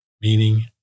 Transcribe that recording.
meaning